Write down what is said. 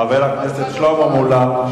חבר הכנסת שלמה מולה,